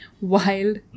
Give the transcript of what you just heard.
wild